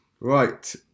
right